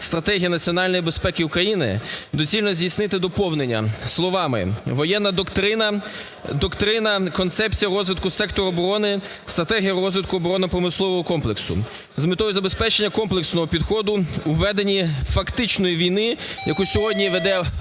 "стратегія національної безпеки України" доцільно здійснити доповнення словами "воєнна доктрина, доктрина, Концепція розвитку сектору оборони, Стратегія розвитку оборонно-промислового комплексу" з метою забезпечення комплексного підходу у веденні фактичної війни, яку сьогодні веде Україна,